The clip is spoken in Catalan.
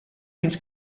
fins